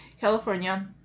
California